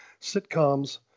sitcoms